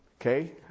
Okay